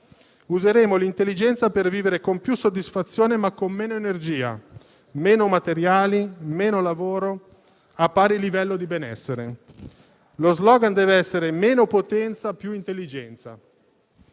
Useremo l'intelligenza per vivere con più soddisfazione ma con meno energia, meno materiali, meno lavoro a pari livello di benessere. Lo *slogan* deve essere: meno potenza, più intelligenza.